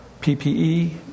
PPE